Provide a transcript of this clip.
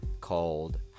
called